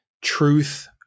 truth